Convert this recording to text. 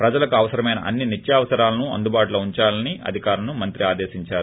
ప్రజలకు అవసరమైన అన్సి నిత్యావసరాలను అందుబాటులో ఉందాలని అధికారులను మంత్రి ఆదేశిందారు